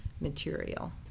material